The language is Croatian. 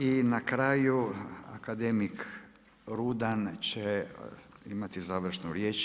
I na kraju akademik Rudan će imati završnu riječ.